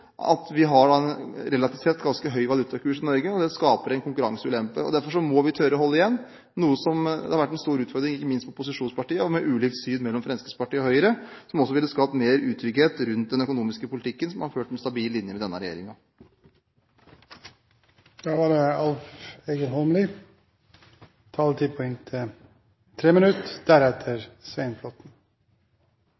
at vi har en relativt sett ganske høy valutakurs i Norge. Det skaper en konkurranseulempe. Derfor må vi tørre å holde igjen, noe som har vært en stor utfordring ikke minst for opposisjonspartiene, og med ulikt syn mellom Fremskrittspartiet og Høyre, noe som også ville skapt mer utrygghet rundt den økonomiske politikken, som har fulgt en stabil linje med denne